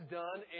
done